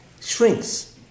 shrinks